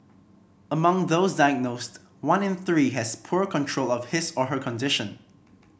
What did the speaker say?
among those diagnosed one in three has poor control of his or her condition